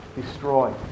destroy